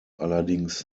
allerdings